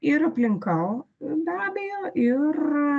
ir aplinka be abejo ir